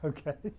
Okay